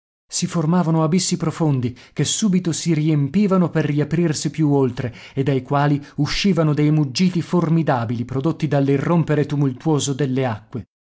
si formavano abissi profondi che subito si riempivano per riaprirsi più oltre e dai quali uscivano dei muggiti formidabili prodotti dall'irrompere tumultuoso delle acque